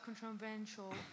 controversial